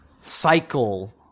cycle